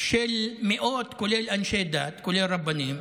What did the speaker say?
של מאות, כולל אנשי דת, כולל רבנים,